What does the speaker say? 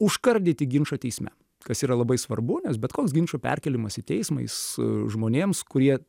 užkardyti ginčą teisme kas yra labai svarbu nes bet koks ginčo perkėlimas į teismą jis žmonėms kurie